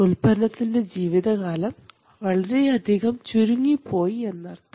ഉൽപ്പന്നത്തിൻറെ ജീവിതകാലം വളരെയധികം ചുരുങ്ങിപ്പോയി എന്നർത്ഥം